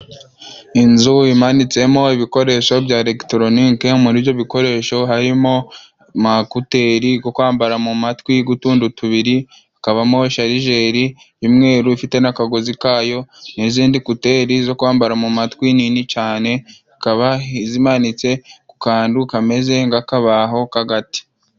Inzu imanitsemo ibikoresho bya elegitoronike. Muri ibyo bikoresho, harimo amakuteri go kwambara mu matwi g'utundu tubiri. Hakabamo sharijeri y'umweru ifite n'akagozi kayo, n'izindi kuteri zo kwambara mu matwi nini cane, zikaba zimanitse ku kandu kameze nk'akabaho k'agati.